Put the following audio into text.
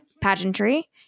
pageantry